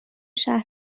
شهر